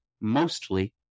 mostly